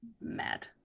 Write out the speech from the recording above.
mad